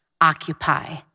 occupy